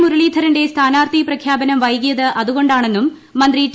മുരളീധരന്റെ സ്ഥാനാർഥി പ്രഖ്യാപനം വൈകിയത് അതുകൊണ്ടാണെന്നും മന്ത്രി ടി